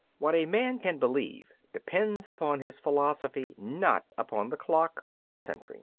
what a man can believe depends upon his philosophy, not upon the clock or the century.